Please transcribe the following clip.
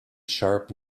sharp